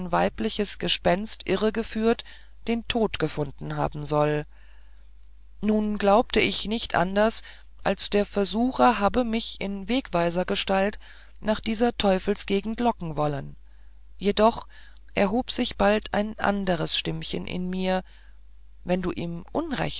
weibliches gespenst irregeführt den tod gefunden haben soll nun glaubte ich nicht anders als der versucher habe mich in wegweisersgestalt nach dieser teufelsgegend locken wollen jedoch erhob sich bald ein anderes stimmchen in mir wenn du ihm